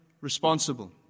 responsible